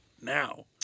Now